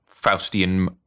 Faustian